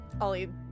Ollie